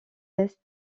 est